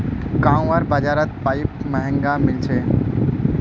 गांउर बाजारत पाईप महंगाये मिल तोक